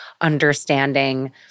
understanding